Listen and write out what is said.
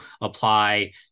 apply